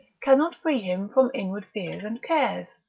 cannot free him from inward fears and cares.